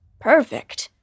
Perfect